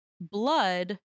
blood